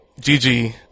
GG